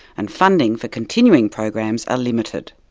and funding for continuing programs are limited.